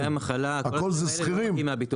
הכול רק לשכירים?